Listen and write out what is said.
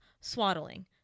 Swaddling